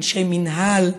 אנשי מינהל,